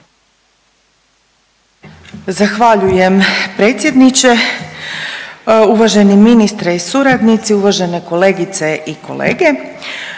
Zahvaljujem predsjedniče, uvaženi ministre i suradnici, uvažene kolegice i kolege.